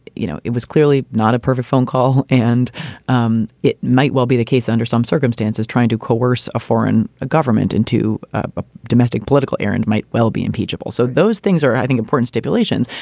you know, it was clearly not a perfect phone call and um it might well be the case under some circumstances. trying to coerce a foreign government into a domestic political errand might well be impeachable. so those things are, i think, important stipulations.